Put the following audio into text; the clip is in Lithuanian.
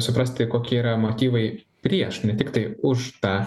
suprasti kokie yra motyvai prieš ne tiktai už tą